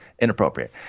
Inappropriate